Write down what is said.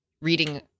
reading